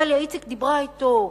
דליה איציק דיברה אתו,